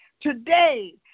Today